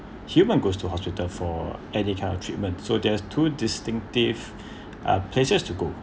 human goes to hospital for any kind of treatment so there's two distinctive uh places to go